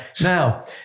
Now